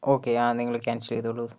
okay ആ നിങ്ങള് cancel ചെയ്തോളു